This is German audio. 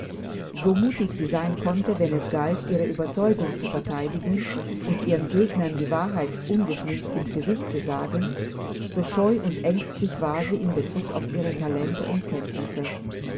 so mutig sie sein konnte wenn es galt ihre ueberzeugung zu verteidigen und ihren gegnern die wahrheit ungeschminkt ins gesicht zu sagen so scheu und ängstlich war sie in bezug auf ihre talente und kenntnisse